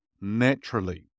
naturally